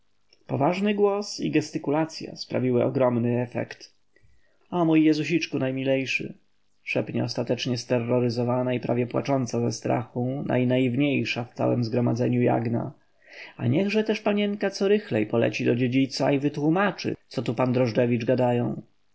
poważny głos i gestykulacya sprawiły ogromny efekt o mój jezusiczku najmilejszy szepnie ostatecznie steroryzowana i prawie płacząca ze strachu najnaiwniejsza w całem zgromadzeniu jagna a niechże też panienka co rychlej poleci do dziedzica i wytłómaczy co tu pan drożdżewicz gadają